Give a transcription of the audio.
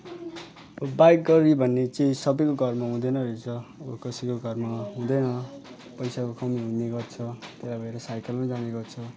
bike गाडी भन्ने चाहिँ सबैको घरमा हुँदैन रहेछ अब कसैको घरमा हुँदैन पैसाको कमी हुने गर्छ त्यही भएर साइकलमै जाने गर्छ